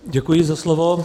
Děkuji za slovo.